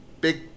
big